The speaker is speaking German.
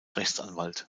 rechtsanwalt